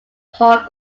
hall